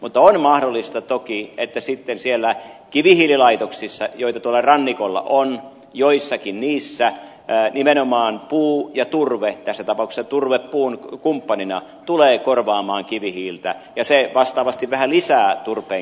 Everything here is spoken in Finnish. mutta on mahdollista toki että sitten siellä kivihiililaitoksissa joita tuolla rannikolla on joissakin niissä nimenomaan puu ja turve tässä tapauksessa turve puun kumppanina tulevat korvaamaan kivihiiltä ja se vastaavasti vähän lisää turpeen käyttöä